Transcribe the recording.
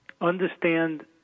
Understand